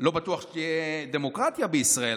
לא בטוח שתהיה דמוקרטיה בישראל,